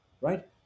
right